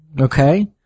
Okay